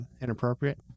inappropriate